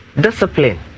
discipline